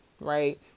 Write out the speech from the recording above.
right